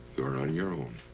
you're on your own.